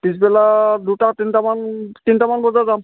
পিছবেলা দুটা তিনিটামান তিনিটামান বজাত যাম